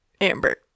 amber